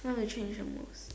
want to change the most